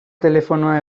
telefonoa